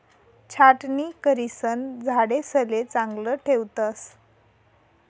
छाटणी करिसन झाडेसले चांगलं ठेवतस